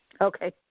Okay